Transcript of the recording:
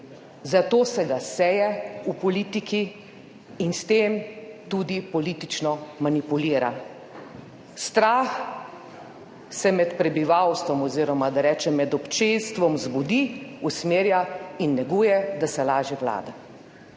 zato se ga seje v politiki in s tem tudi politično manipulira. Strah se med prebivalstvom oziroma, da rečem, med občestvom zbudi, usmerja in neguje, da se lažje vlada.